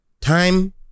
time